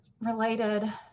related